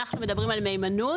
כשאנחנו מדברים על מהימנות,